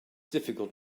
difficult